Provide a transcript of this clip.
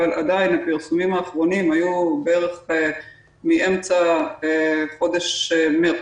אבל עדיין הפרסומים האחרונים היו בערך מאמצע חודש מרץ.